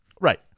Right